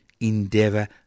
endeavour